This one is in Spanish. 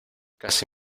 casi